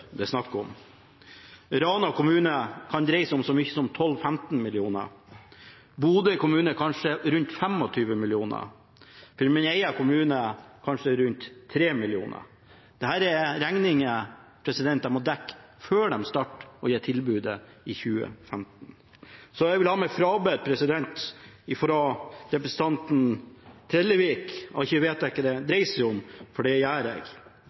er snakk om. I Rana kommune kan det dreie seg om så mye som 12–15 mill. kr, i Bodø kommune kanskje rundt 25 mill. kr, for min egen kommune kanskje rundt 3 mill. kr. Dette er regninger de må dekke før de starter å gi tilbudet i 2015. Jeg vil ha meg frabedt fra representanten Trellevik at jeg ikke vet hva det dreier seg om, for det gjør jeg.